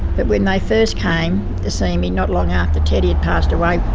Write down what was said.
but when they first came to see me not long after teddy had passed away,